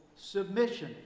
submission